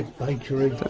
bakery. but